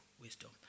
wisdom